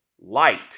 light